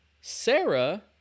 Sarah